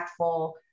impactful